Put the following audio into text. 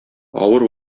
авыр